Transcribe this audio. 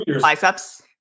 biceps